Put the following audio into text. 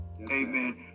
Amen